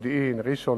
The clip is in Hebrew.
היושב-ראש,